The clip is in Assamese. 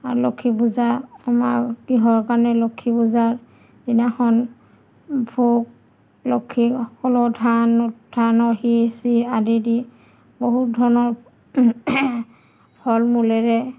আৰু লক্ষ্মী পূজা আমাৰ গৃহৰ কাৰণে লক্ষী পূজাৰ দিনাখন ভোগ লক্ষী সকলো ধান ধানৰ সীৰ চিৰ আদি দি বহুত ধৰণৰ ফল মূলেৰে